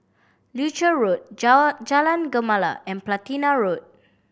Leuchars Road Jar Jalan Gemala and Platina Road